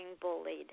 bullied